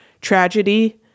tragedy